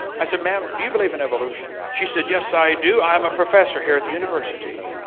i said, ma'am do you believe in evolution? she said, yes, i do. i am a professor here at the university.